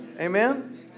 Amen